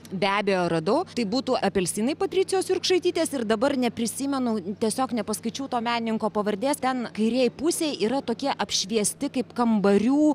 be abejo radau tai būtų apelsinai patricijos jurkšaitytės ir dabar neprisimenu tiesiog nepaskaičiau to menininko pavardės ten kairėje pusėje yra tokie apšviesti kaip kambarių